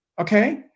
okay